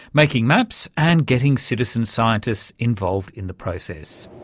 making maps and getting citizen scientists involved in the process.